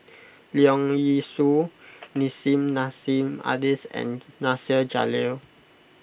Leong Yee Soo Nissim Nassim Adis and Nasir Jalil